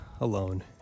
alone